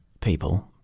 people